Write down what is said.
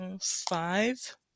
five